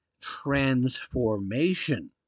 Transformation